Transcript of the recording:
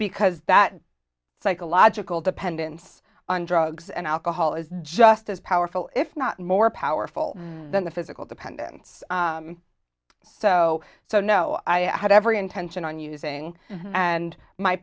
because that psychological dependence on drugs and alcohol is just as powerful if not more powerful than the physical dependence so so no i had every intention on using and my